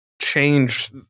change